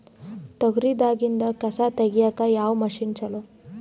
ತೊಗರಿ ದಾಗಿಂದ ಕಸಾ ತಗಿಯಕ ಯಾವ ಮಷಿನ್ ಚಲೋ?